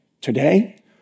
today